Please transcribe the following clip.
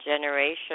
generation